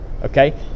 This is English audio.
Okay